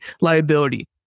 liability